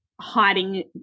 hiding